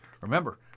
Remember